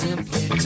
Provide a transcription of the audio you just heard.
Simply